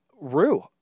Rue